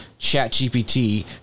ChatGPT